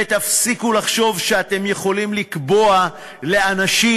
ותפסיקו לחשוב שאתם יכולים לקבוע לאנשים